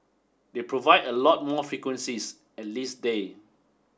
they provide a lot more frequencies at least day